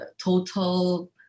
total